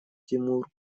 тимур